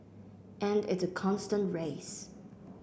and it's a constant race